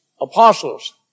apostles